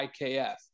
IKF